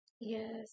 Yes